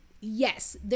yes